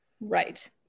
right